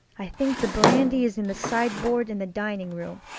i think the brandy is in the sideboard in the dining-room.